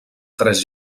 tres